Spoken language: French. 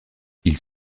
ils